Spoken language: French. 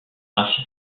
ainsi